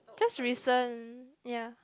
just recent ya